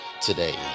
today